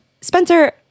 Spencer